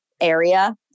area